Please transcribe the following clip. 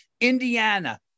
Indiana